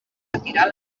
retirar